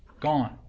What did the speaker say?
gone